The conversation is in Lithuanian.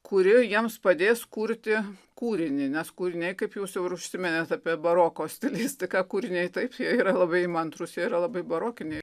kuri jiems padės kurti kūrinį nes kūriniai kaip jūs jau ir užsiminėt apie baroko stilistiką kūriniai taip jie yra labai įmantrūs jie yra labai barokiniai